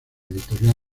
editorial